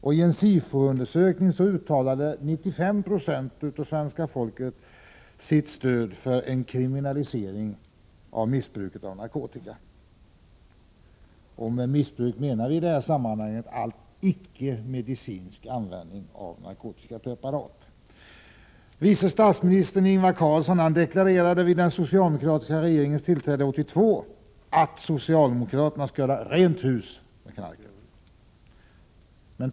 I en SIFO-undersökning uttalade 95 70 av svenska folket sitt stöd för en kriminalisering av missbruket av narkotika — med missbruk menar vi i det här sammanhanget all icke-medicinsk användning av narkotika. Vice statsministern Ingvar Carlsson deklarerade vid den socialdemokratiska regeringens tillträde 1982 att socialdemokraterna skulle ”göra rent hus med knarket”.